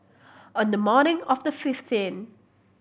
on the morning of the fifteenth